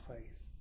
faith